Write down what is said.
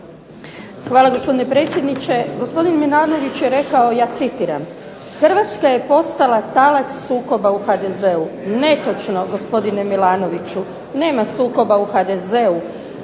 Hvala, gospodine predsjedniče. Gospodin Milanović je rekao, ja citiram: "Hrvatska je postala talac sukoba u HDZ-u." Netočno, gospodine Milanoviću, nema sukoba u HDZ-u.